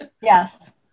Yes